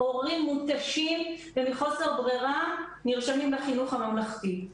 הורים מותשים ומחוסר ברירה נרשמים לחינוך הממלכתי.